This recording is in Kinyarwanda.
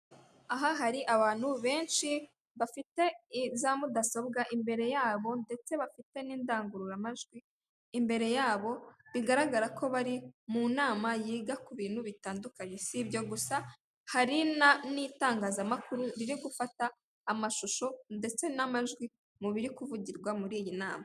Aha hari abantu benshi bafite za mudasobwa imbere yabo, ndetse bafite n'indangururamajwi imbere yabo, bigaragara ko bari mu nama yiga ku bintu bitandukanye. Si ibyo gusa, hari n'itangazamakuru riri gufata amashusho ndetse n'amajwi mu biri kuvugirwa muri iyi nama.